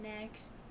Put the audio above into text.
next